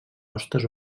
hostes